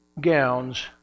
gowns